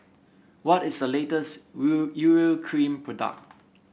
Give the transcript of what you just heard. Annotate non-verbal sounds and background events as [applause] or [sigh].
what is the latest [unintelligible] Urea Cream product